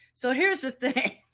so here's the thing,